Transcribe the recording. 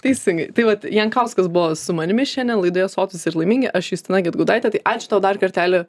teisingai tai vat jankauskas buvo su manimi šiandien laidoje sotūs ir laimingi aš justina gedgaudaitė tai ačiū tau dar kartelį